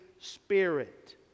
Spirit